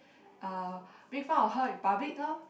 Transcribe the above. uh make fun of her in public lor